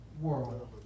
world